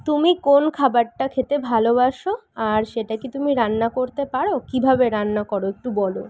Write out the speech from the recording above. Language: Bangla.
তুমি কোন খাবারটা খেতে ভালবাসো আর সেটা কি তুমি রান্না করতে পারো কীভাবে রান্না করো একটু বলো